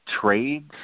Trades